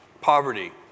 poverty